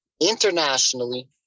internationally